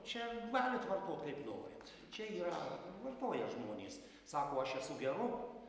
čia galit vartot kaip norit čia yra vartoja žmonės sako aš esu geru